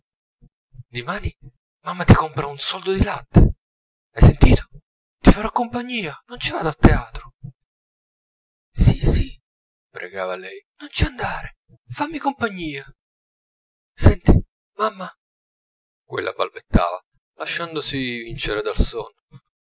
dimani mamma ti compra un soldo di latte hai sentito ti farò compagnia non ci vado al teatro sì sì pregava lei non ci andare fammi compagnia senti mamma quella balbettava lasciandosi vincere dal sonno